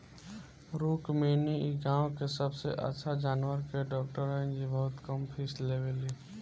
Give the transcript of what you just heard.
रुक्मिणी इ गाँव के सबसे अच्छा जानवर के डॉक्टर हई जे बहुत कम फीस लेवेली